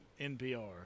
NPR